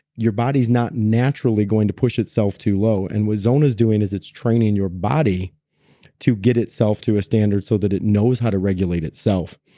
your body's not naturally going to push itself too low. and what zona's doing is training your body to get itself to a standard so that it knows how to regulate itself.